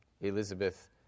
Elizabeth